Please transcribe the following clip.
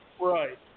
Right